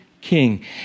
king